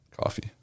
Coffee